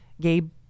Gabe